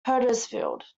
huddersfield